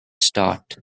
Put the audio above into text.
start